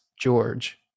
George